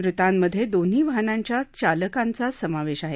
मृतांमध्ये दोन्ही वाहनांच्या चालकांचा समावेश आहे